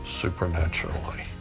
supernaturally